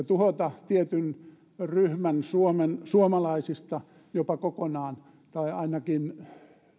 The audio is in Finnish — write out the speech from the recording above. tuhota tietyn ryhmän suomalaisista jopa kokonaan tai ainakin panna